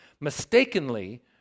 Mistakenly